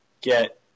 get